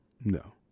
no